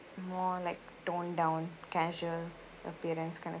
more like tone down casual appearance kind of